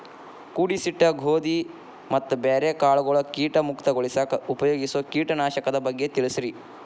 ಕೂಡಿಸಿಟ್ಟ ಗೋಧಿ ಮತ್ತ ಬ್ಯಾರೆ ಕಾಳಗೊಳ್ ಕೇಟ ಮುಕ್ತಗೋಳಿಸಾಕ್ ಉಪಯೋಗಿಸೋ ಕೇಟನಾಶಕದ ಬಗ್ಗೆ ತಿಳಸ್ರಿ